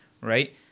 right